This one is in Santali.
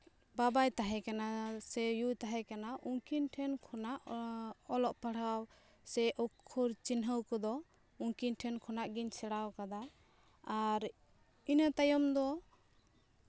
ᱵᱟᱵᱟᱭ ᱛᱟᱦᱮᱸ ᱠᱟᱱᱟ ᱥᱮ ᱭᱩᱭ ᱛᱟᱦᱮᱸ ᱠᱟᱱᱟ ᱩᱱᱠᱤᱱ ᱴᱷᱮᱱ ᱠᱷᱚᱱᱟᱜ ᱚᱞᱚᱜ ᱯᱟᱲᱦᱟᱣ ᱥᱮ ᱚᱠᱠᱷᱚᱨ ᱪᱤᱱᱦᱟᱹᱣ ᱠᱚᱫᱚ ᱩᱱᱠᱤᱱ ᱴᱷᱮᱱ ᱠᱷᱚᱱᱟᱜ ᱜᱤᱧ ᱥᱮᱬᱟᱣ ᱠᱟᱫᱟ ᱟᱨ ᱤᱱᱟᱹ ᱛᱟᱭᱚᱢ ᱫᱚ